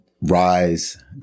rise